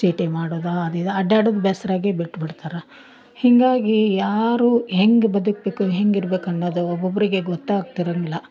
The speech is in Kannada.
ಚೀಟಿ ಮಾಡೋದ ಅದು ಇದು ಅಡ್ಡಾಡೋದು ಬ್ಯಾಸರ ಆಗಿ ಬಿಟ್ಬಿಡ್ತಾರೆ ಹೀಗಾಗಿ ಯಾರು ಹೆಂಗೆ ಬದುಕಬೇಕು ಹೆಂಗಿರಬೇಕು ಅನ್ನೋದು ಒಬ್ಬೊಬ್ಬರಿಗೆ ಗೊತ್ತಾಗ್ತಿರಂಗಿಲ್ಲ